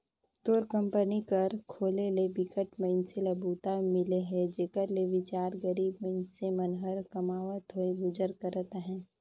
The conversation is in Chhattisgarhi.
तोर कंपनी कर खोले ले बिकट मइनसे ल बूता मिले हे जेखर ले बिचार गरीब मइनसे मन ह कमावत होय गुजर करत अहे